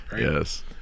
Yes